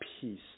peace